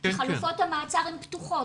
כי חלופות המעצר הן פתוחות,